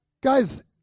guys